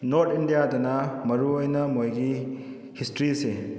north ꯏꯟꯗꯤꯌꯥꯗꯅ ꯃꯔꯨꯑꯣꯏꯅ ꯃꯣꯏꯒꯤ ꯍꯤꯁꯇ꯭ꯔꯤꯁꯦ